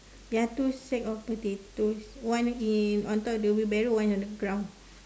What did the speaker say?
ya two sack of potatoes one in on top of the wheelbarrow one is on the ground